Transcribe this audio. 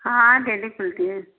हाँ डेली खुलती है